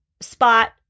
spot